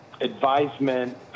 advisement